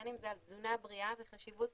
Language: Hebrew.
בין אם זה על תזונה בריאה וחשיבות